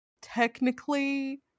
technically